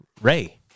Ray